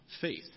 faith